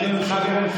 אדוני היושב-ראש,